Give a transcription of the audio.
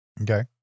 Okay